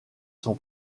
son